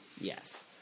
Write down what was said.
Yes